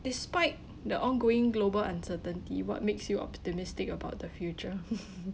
despite the ongoing global uncertainty what makes you optimistic about the future